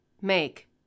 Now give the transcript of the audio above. make